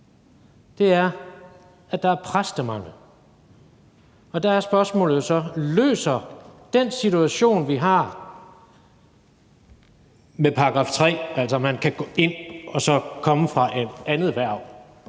til, er, at der er præstemangel. Der er spørgsmålet jo så: Løser den situation, vi har med § 3 – altså det, at man kan gå ind og komme fra et andet erhverv